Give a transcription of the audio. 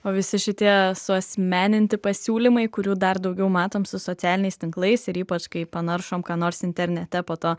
o visi šitie suasmeninti pasiūlymai kurių dar daugiau matom su socialiniais tinklais ir ypač kai panaršom ką nors internete po to